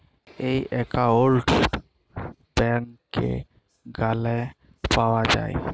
ই account ব্যাংকে গ্যালে পাউয়া যায়